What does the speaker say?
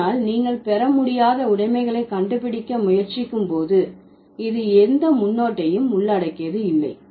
ஆனால் நீங்கள் பெற முடியாத உடைமைகளை கண்டுபிடிக்க முயற்சிக்கும் போது இது எந்த முன்னொட்டையும் உள்ளடக்கியது இல்லை